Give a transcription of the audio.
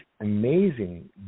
amazing